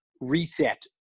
reset